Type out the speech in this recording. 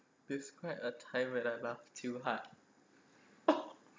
it's quite a time when I laugh too hard